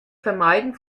vermeiden